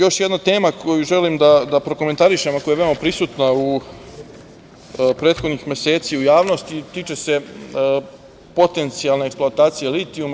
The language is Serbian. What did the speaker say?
Još jedna tema koju želim da prokomentarišem, a koja je veoma prisutna u prethodnih meseci u javnost i tiče se potencijalne eksploatacije litijuma.